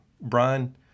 Brian